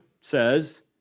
says